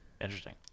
Interesting